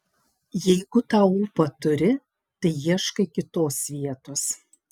jeigu tą ūpą turi tai ieškai kitos vietos